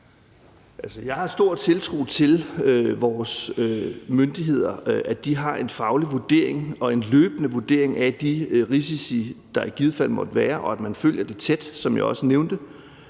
Jeg har stor tiltro til vores myndigheder og til, at de har en faglig og løbende vurdering af de risici, der i givet fald måtte være, og at man følger det tæt, som jeg også nævnte.